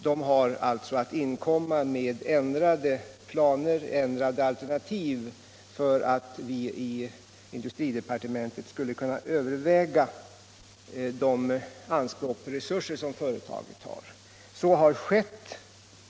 Det har alltså att inkomma med alternativ för att vi i industridepartementet skall kunna överväga de anspråk på resurser som företaget har. Så har nu skett.